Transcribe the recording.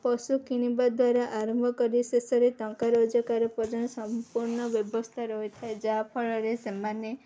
ପଶୁ କିଣିବା ଦ୍ୱାରା ଆରମ୍ଭ କରି ଶେଷରେ ଟଙ୍କା ରୋଜଗାର ପର୍ଜନ ସମ୍ପୂର୍ଣ୍ଣ ବ୍ୟବସ୍ଥା ରହିଥାଏ ଯାହାଫଳରେ ସେମାନେ